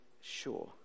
sure